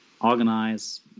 organize